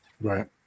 Right